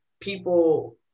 people